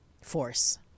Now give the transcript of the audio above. force